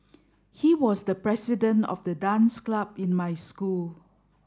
he was the president of the dance club in my school